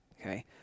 okay